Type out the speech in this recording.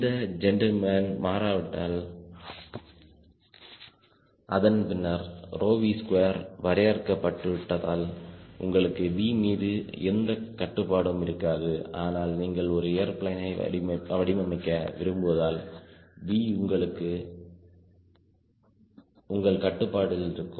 இந்த ஜென்டில்மேன் மாறாவிட்டால் அதன் பின்னர் V2வரையறுக்கப்பட்டு விட்டதால் உங்களுக்கு V மீது எந்த கட்டுப்பாடும் இருக்காது ஆனால் நீங்கள் ஒரு ஏர்பிளேனை வடிவமைக்க விரும்புவதால் V உங்கள் கட்டுப்பாடு இருக்கும்